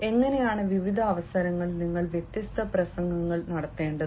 എങ്ങനെയാണ് വിവിധ അവസരങ്ങളിൽ നിങ്ങൾ വ്യത്യസ്ത പ്രസംഗങ്ങൾ നടത്തേണ്ടത്